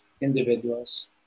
individuals